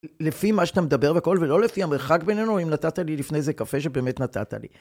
לפי מה שאתה מדבר והכל, ולא לפי המרחק בינינו, או אם נתת לי לפני איזה קפה שבאמת נתת לי.